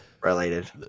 related